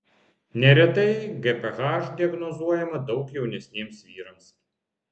neretai gph diagnozuojama daug jaunesniems vyrams